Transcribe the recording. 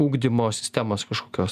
ugdymo sistemos kažkokios